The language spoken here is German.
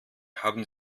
haben